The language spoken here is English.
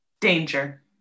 Danger